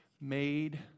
made